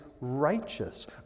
righteous